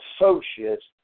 associates